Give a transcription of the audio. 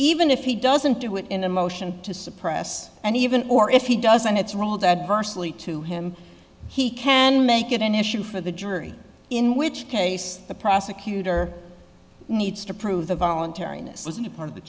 even if he doesn't do it in a motion to suppress and even or if he doesn't it's rolled adversely to him he can make it an issue for the jury in which case the prosecutor needs to prove the voluntariness wasn't part of the